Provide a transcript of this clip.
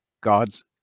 God's